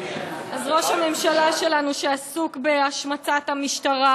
אז ראש הממשלה שלנו עסוק בהשמצת המשטרה